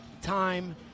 Time